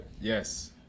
Yes